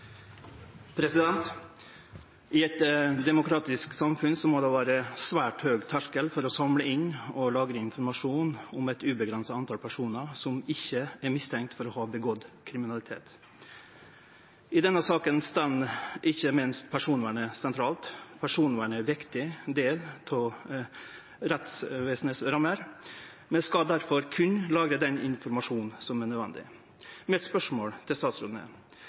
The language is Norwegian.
I eit demokratisk samfunn må det vere svært høg terskel for å samle inn og lagre informasjon om eit uavgrensa tal personar som ikkje er mistenkte for å ha drive med kriminalitet. I denne saka står ikkje minst personvernet sentralt. Personvernet er ein viktig del av rammene til rettsvesenet. Vi skal difor berre lagre den informasjonen som er nødvendig.